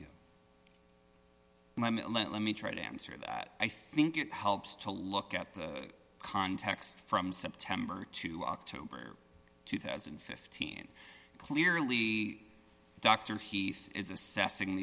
get let me try to answer that i think it helps to look at the context from september to october two thousand and fifteen clearly dr heath is assessing